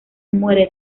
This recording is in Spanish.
muere